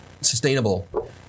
sustainable